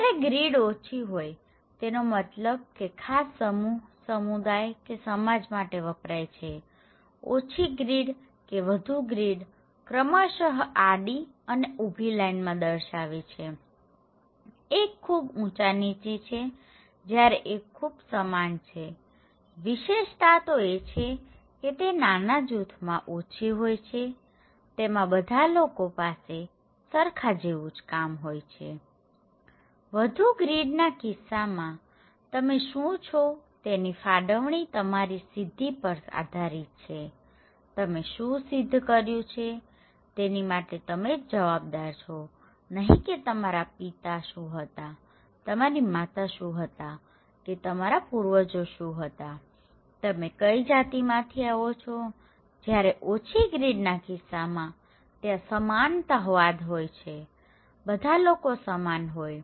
જ્યારે ગ્રીડ ઓછી હોય તેનો મતલબ કે તે ખાસ સમૂહસમુદાય કે સમાજ માટે વપરાય છેઓછી ગ્રીડ કે વધુ ગ્રીડ ક્રમશઃ આડી અને ઉભી લાઈન માં દશાર્વે છેએક ખૂબ ઉચાનીચી છે જયારે એક ખૂબ સમાન છેવિશેષતા તો એ છે કે તે નાના જૂથમાં ઓછી હોય છે તેમાં બધા લોકો પાસે સરખા જેવું જ કામ હોય છે વધુ ગ્રીડ ના કિસ્સામાં તમે શું છો તેની ફાળવણી તમારી સિદ્ધિ પર આધારીત છેતમે શું સિદ્ધ કર્યુ છે તેની માટે તમે જ જવાબદાર છોનહીં કે તમારા પિતા શું હતાતમારી માતા શું હતી કે તમારા પૂર્વજો શું હતાતમે કઈ જાતિ માંથી આવો છોજયારે ઓછી ગ્રીડ ના કિસ્સામાં ત્યાં સમાનતા વાદ હોય છેબધા લોકો સમાન હોય